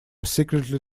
secretly